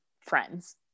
friends